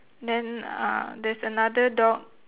then uh there's another dog